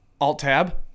Alt-tab